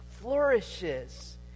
flourishes